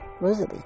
Rosalie